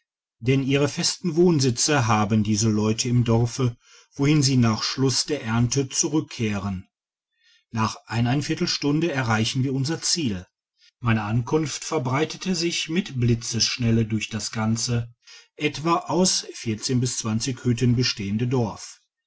denn ihre festen wohn sitze haben diese leute im dorfe wohin sie nach schluss der ernte zurückkehren nach einer viertelstunde erreichen wir unser ziel meine ankunft verbreitete sich mit bhtzesschnelle durch das ganze etwa aus hütte bestehende dorf